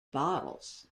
bottles